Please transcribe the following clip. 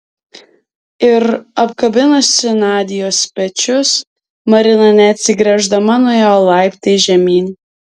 ir apkabinusi nadios pečius marina neatsigręždama nuėjo laiptais žemyn